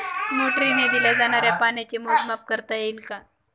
मोटरीने दिल्या जाणाऱ्या पाण्याचे मोजमाप करता येईल का?